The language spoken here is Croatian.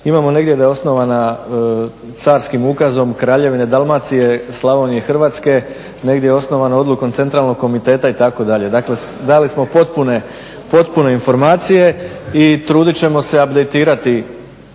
Imamo negdje da je osnovana Carskim ukazom Kraljevine Dalmacije, Slavnije i Hrvatske negdje je osnovana Odlukom Centralnog komiteta itd. Dakle, dali smo potpune informacije i trudit ćemo se uploadati,